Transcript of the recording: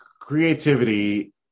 creativity